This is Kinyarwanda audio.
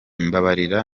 mbabarira